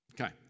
Okay